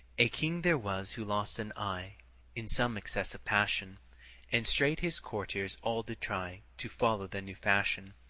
a king there was who lost an eye in some excess of passion and straight his courtiers all did try to follow the new fashion.